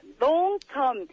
long-term